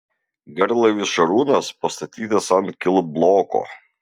garlaivis šarūnas pastatytas ant kilbloko